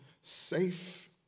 safe